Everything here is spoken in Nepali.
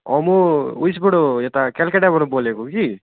अँ म उयसबाट यता कलकत्ताबाट बोलेको कि